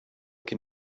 can